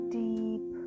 deep